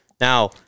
Now